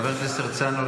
חבר הכנסת הרצנו,